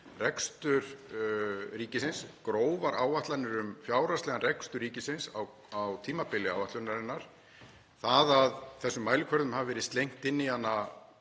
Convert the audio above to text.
rekstur ríkisins, grófar áætlanir um fjárhagslegan rekstur ríkisins á tímabili áætlunarinnar. Það að þessum mælikvörðum hafi verið slengt inn í hana